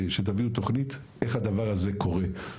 ותביאו תוכנית איך הדבר הזה קורה.